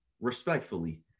respectfully